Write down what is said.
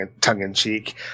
tongue-in-cheek